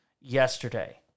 yesterday